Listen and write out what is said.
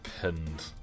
pinned